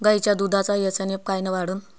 गायीच्या दुधाचा एस.एन.एफ कायनं वाढन?